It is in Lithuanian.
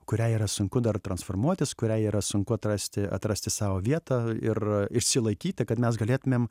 kuriai yra sunku dar transformuotis kuriai yra sunku atrasti atrasti savo vietą ir išsilaikyti kad mes galėtumėm